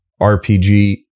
RPG